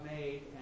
made